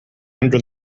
under